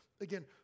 again